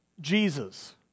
Jesus